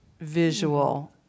visual